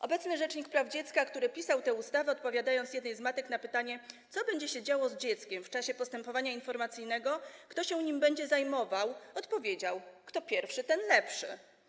Obecny rzecznik praw dziecka, który pisał tę ustawę, odpowiadając jednej z matek na pytanie, co będzie się działo z dzieckiem w czasie postępowania informacyjnego, kto się nim będzie zajmował, odpowiedział: kto pierwszy, ten lepszy.